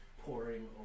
pouring